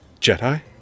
Jedi